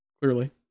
clearly